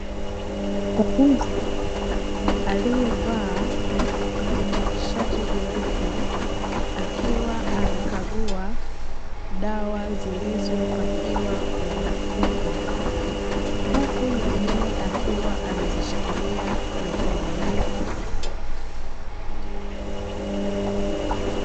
Mkaguzi aliyevaa shati jeupe, akiwa anakagua dawa zilizopakiwa kwenye mfuko, huku nyingine akiwa amezishikilia mkononi.